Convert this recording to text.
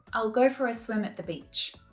i'll go for a swim at the beach.